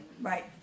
Right